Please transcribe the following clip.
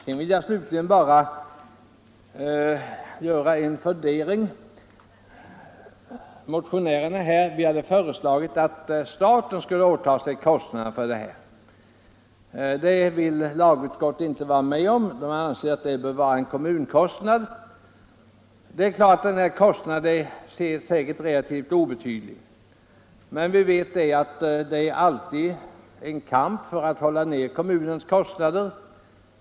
Jag vill vidare peka på att vi motionärer föreslagit att staten skulle åta sig kostnaderna för denna utbildning. Detta vill lagutskottet inte gå med på utan anser att dessa kostnader bör åvila kommunerna. Även om kostnaderna säkerligen är relativt obetydliga, vill jag framhålla att det pågår en ständig kamp för att hålla kommunernas utgifter nere.